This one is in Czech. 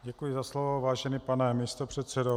Děkuji za slovo, vážený pane místopředsedo.